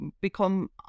become